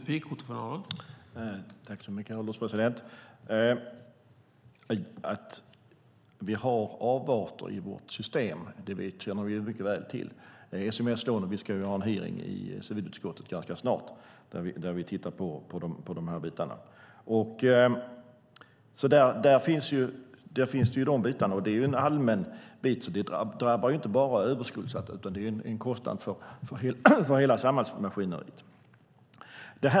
Herr ålderspresident! Att det finns avarter av sms-lån i vårt system känner vi mycket väl till. Vi ska ha en hearing i civilutskottet ganska snart där vi ska titta på de här bitarna. Det är en allmän bit och drabbar inte bara överskuldsatta, utan det är en kostnad för hela samhällsmaskineriet.